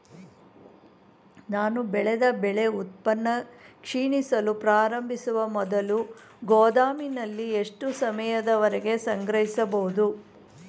ನಾನು ಬೆಳೆದ ಬೆಳೆ ಉತ್ಪನ್ನ ಕ್ಷೀಣಿಸಲು ಪ್ರಾರಂಭಿಸುವ ಮೊದಲು ಗೋದಾಮಿನಲ್ಲಿ ಎಷ್ಟು ಸಮಯದವರೆಗೆ ಸಂಗ್ರಹಿಸಬಹುದು?